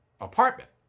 apartment